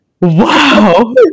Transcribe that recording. wow